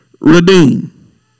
redeem